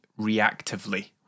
reactively